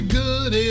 good